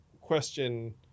question